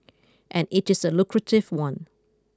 and it is a lucrative one